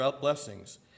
blessings